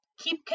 keep